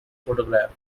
photograph